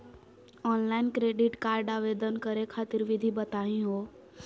Online credit card आवेदन करे खातिर विधि बताही हो?